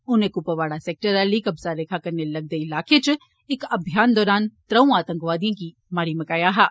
उनें कुपवाड़ा सैक्टर आली कब्जा रेखा कन्नै लगदे इलाके च इक अभियान दौरान त्रंऊ आतंकवादिएं गी मारी मकाया हा